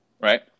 right